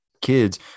kids